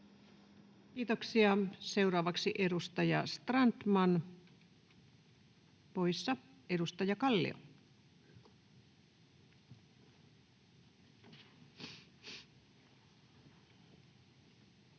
Kiitoksia. — Seuraavaksi edustaja Strandman, poissa. — Edustaja Kallio. [Speech